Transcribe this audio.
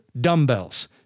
dumbbells